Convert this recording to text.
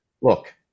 look